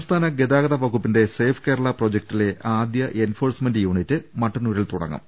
സംസ്ഥാന ഗതാഗത വകുപ്പിന്റെ സേഫ് കേരളാ പ്രൊജക്റ്റിലെ ആദ്യ എൻഫോഴ്സ്മെന്റ് യൂണിറ്റ് മട്ടന്നൂരിൽ തുടങ്ങും